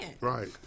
Right